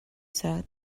said